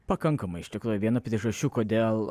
pakankamai iš tikrųjų viena priežasčių kodėl